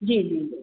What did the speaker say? जी जी जी